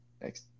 Thanks